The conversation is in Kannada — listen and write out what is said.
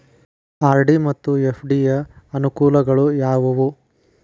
ಆರ್.ಡಿ ಮತ್ತು ಎಫ್.ಡಿ ಯ ಅನುಕೂಲಗಳು ಯಾವವು?